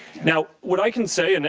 now, what i can say, and and